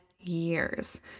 years